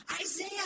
Isaiah